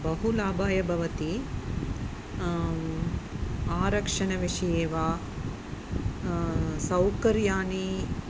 बहु लाभाय भवति आरक्षणविषये वा सौकर्याणि